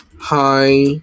Hi